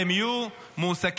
והם יהיו מועסקים,